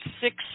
six